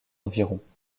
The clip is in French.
environs